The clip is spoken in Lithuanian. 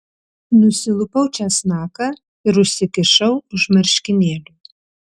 nusilupau česnaką ir užsikišau už marškinėlių